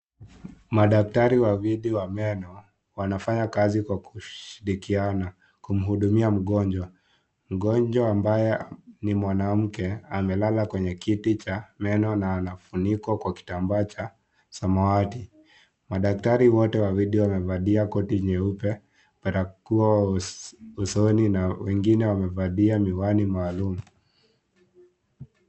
Madaktari wawili wa meno, wanafanya kazi kwa kushirikiana, kumhudumia mgonjwa, mgonjwa ambaye ni mwanamke, amelala kwenye kiti cha, meno na amefunikwa kwa kitambaa cha, samawati, madaktari wote wawili wamevalia koti nyeupe, barakoa usoni, na wengine wamevalia miwani maalum.